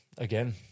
again